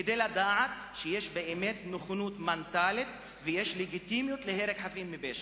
ולדעת שיש שם באמת נכונות מנטלית ולגיטימיות להרג חפים מפשע.